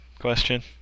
question